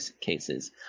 cases